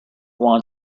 want